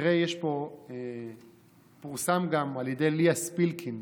תראה, פורסם על ידי ליה ספילקין: